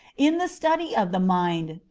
in the study of the mind,